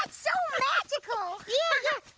but so magical. yeah, yeah.